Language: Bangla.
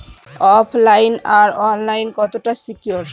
ওফ লাইন আর অনলাইন কতটা সিকিউর?